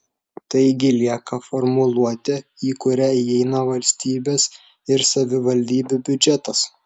taigi lieka formuluotė į kurią įeina valstybės ir savivaldybių biudžetas